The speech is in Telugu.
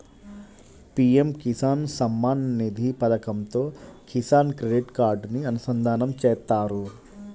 పీఎం కిసాన్ సమ్మాన్ నిధి పథకంతో కిసాన్ క్రెడిట్ కార్డుని అనుసంధానం చేత్తారు